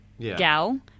gal